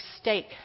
stake